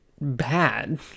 bad